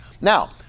Now